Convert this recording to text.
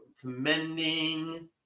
Commending